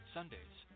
Sundays